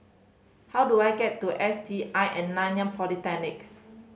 how do I get to S T I and Nanyang Polytechnic